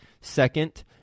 Second